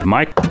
Mike